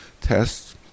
tests